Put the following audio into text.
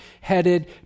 headed